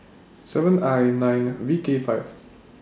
seven I nine V K five